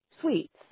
sweets